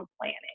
Planning